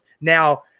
Now